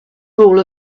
rule